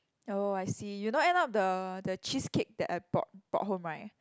oh I see you know end up the the cheesecake that I bought bought home right